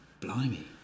blimey